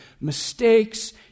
mistakes